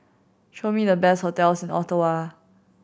show me the best hotels Ottawa